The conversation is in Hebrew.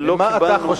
לא קיבלנו,